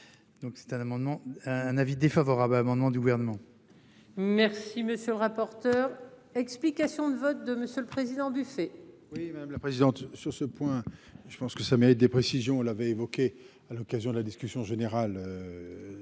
amendement un avis défavorable à l'amendement du gouvernement. Merci monsieur le rapporteur. Explications de vote de Monsieur le Président buffet. Oui madame la présidente. Sur ce point, je pense que ça mérite des précisions. Elle avait évoqué à l'occasion de la discussion générale.